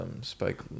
Spike